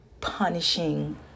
punishing